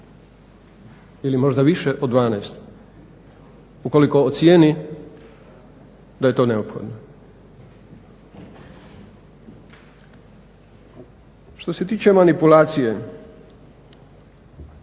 ili možda više od 12. Ukoliko ocijeni da je to neophodno. Što se tiče manipulacije